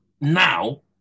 now